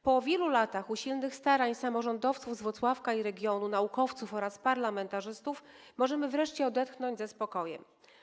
Po wielu latach usilnych starań samorządowców z Włocławka i regionu, naukowców oraz parlamentarzystów możemy wreszcie odetchnąć ze spokojem.